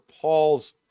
Paul's